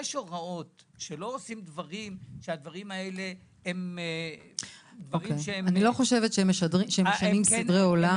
יש הוראות שלא עושים דברים ---- אני לא חושבת שהם משנים סדרי עולם.